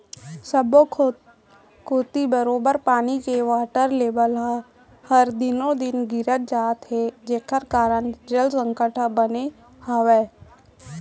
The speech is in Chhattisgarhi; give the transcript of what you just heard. सब्बो कोती बरोबर पानी के वाटर लेबल हर दिनों दिन गिरत जात हे जेकर कारन जल संकट ह बने हावय